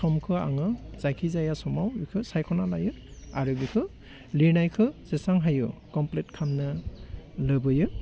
समखो आङो जायखि जाया समाव बिखौ सायख'ना लायो आरो बिखो लिरनायखो जेसेबां हायो कमप्लिट खामनो लोबैयो